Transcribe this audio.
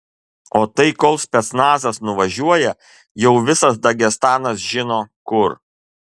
o tai kol specnazas nuvažiuoja jau visas dagestanas žino kur